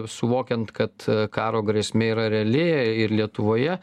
suvokiant kad karo grėsmė yra reali ir lietuvoje